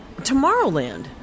Tomorrowland